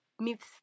myths